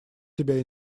тебя